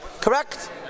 Correct